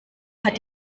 hat